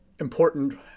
important